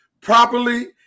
properly